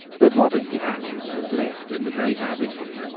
but what a gap it has left in the great avenue!